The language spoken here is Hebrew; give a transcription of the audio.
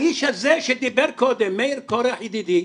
האיש הזה שדיבר קודם, מאיר קורח ידידי,